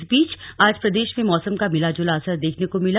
इस बीच आज प्रदेश में मौसम का मिला जुला असर देखने को मिला